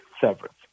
severance